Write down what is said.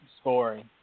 scoring